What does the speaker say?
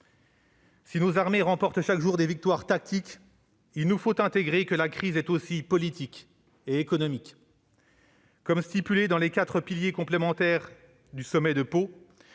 Si nos armées remportent chaque jour des victoires tactiques, il nous faut prendre conscience que la crise est aussi politique et économique. Comme il est stipulé dans les quatre piliers complémentaires du sommet de Pau,